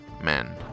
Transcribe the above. men